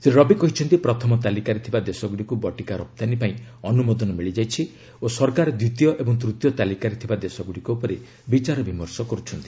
ଶ୍ରୀ ରବି କହିଛନ୍ତି ପ୍ରଥମ ତାଲିକାରେ ଥିବା ଦେଶଗୁଡ଼ିକୁ ବଟିକା ରପ୍ତାନୀ ପାଇଁ ଅନୁମୋଦନ ମିଳିଯାଇଛି ଓ ସରକାର ଦ୍ୱିତୀୟ ଏବଂ ତୂତୀୟ ତାଲିକାରେ ଥିବା ଦେଶଗୁଡ଼ିକ ଉପରେ ବିଚାର ବିମର୍ଷ କରୁଛନ୍ତି